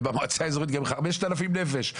ובמועצה האיזורית גרים חמשת אלפים נפש,